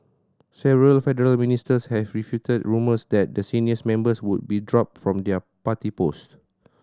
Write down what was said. several federal ministers have refuted rumours that the senior members would be dropped from their party posts